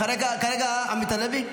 כרגע עמית הלוי?